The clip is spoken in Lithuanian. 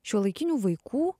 šiuolaikinių vaikų